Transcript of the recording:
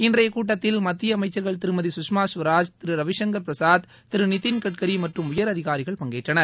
இன்றைய கூட்டத்தில் மத்திய அமைக்சர்கள் திருமதி கஷ்மா ஸ்வராஜ் திரு ரவிங்கர் பிரசாத் திரு நிதின்கட்கரி மற்றும் உயரதிகாரிகள் பங்கேற்றனர்